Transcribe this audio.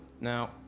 Now